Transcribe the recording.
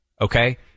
okay